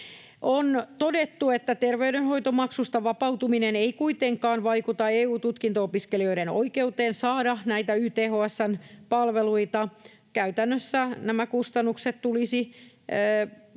On todettu, että terveydenhoitomaksusta vapautuminen ei kuitenkaan vaikuta EU-tutkinto-opiskelijoiden oikeuteen saada näitä YTHS:n palveluita. Käytännössä nämä kustannukset tulisi perittyä